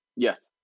Yes